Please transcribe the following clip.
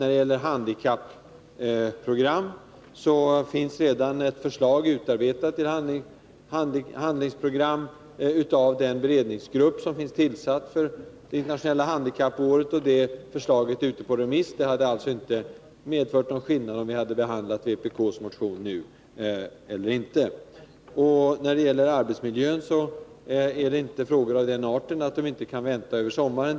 När det gäller åtgärder för handikappade finns redan ett förslag till handlingsprogram utarbetat av den beredningsgrupp som är tillsatt för det internationella handikappåret. Det förslaget är ute på remiss. Det hade alltså inte giort någon skillnad om vi hade behandlat vpk:s motion nu. Arbetsmiljöfrågorna är inte av den arten att de inte kan vänta över sommaren.